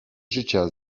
życia